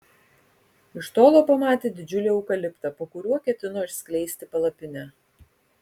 iš tolo pamatė didžiulį eukaliptą po kuriuo ketino išskleisti palapinę